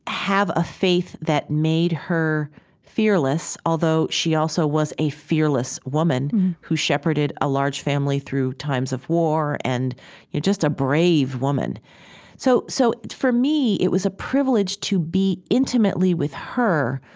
have a faith that made her fearless, although she also was a fearless woman who shepherded a large family through times of war, and just a brave woman so so for me, it was a privilege to be intimately with her